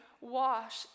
wash